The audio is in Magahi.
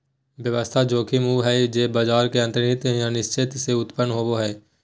व्यवस्थित जोखिम उ हइ जे बाजार के अंतर्निहित अनिश्चितता से उत्पन्न होवो हइ